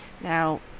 Now